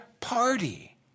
party